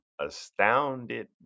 astounded